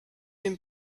dem